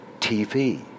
TV